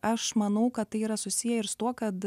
aš manau kad tai yra susiję ir su tuo kad